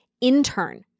intern